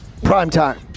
primetime